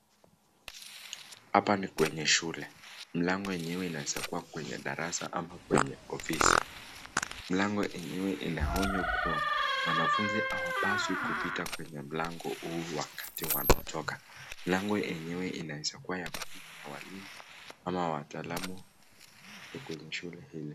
Hapa ni kwenye shule, mlango yenyewe inaweza kua kwenye darasa ama kwenye ofisi, mlango yenyewe ina onyo kuwa wanafunzi hawapaswi kupita kwenye mlamgo huu wakati wanatoka, mlango yenyewe inaweza kua ya kupita na walimu ama wataalamu kwenye shule hili.